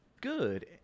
good